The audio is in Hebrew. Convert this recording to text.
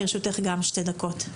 לרשותך גם שתי דקות.